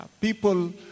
people